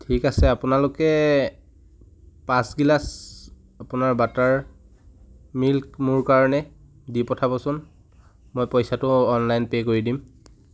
ঠিক আছে আপোনালোকে পাঁচ গিলাচ আপোনাৰ বাটাৰ মিল্ক মোৰ কাৰণে দি পঠাবচোন মই পইচাটো অনলাইন পে' কৰি দিম